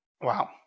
Wow